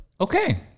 Okay